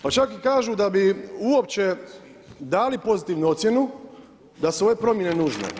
Pa čak i kažu da bi uopće dali pozitivnu ocjenu da su ove promjene nužne.